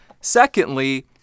Secondly